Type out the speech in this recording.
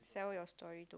sell your story to